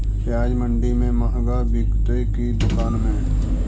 प्याज मंडि में मँहगा बिकते कि दुकान में?